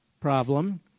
problem